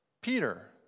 Peter